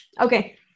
Okay